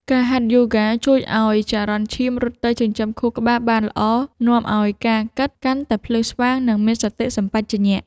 ការហាត់យូហ្គាជួយឱ្យចរន្តឈាមរត់ទៅចិញ្ចឹមខួរក្បាលបានល្អ នាំឱ្យការគិតកាន់តែភ្លឺស្វាង និងមានសតិសម្បជញ្ញៈ។